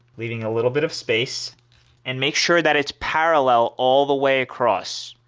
leaving a little bit of space and make sure that it's parallel all the way across.